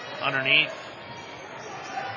underneath